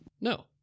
no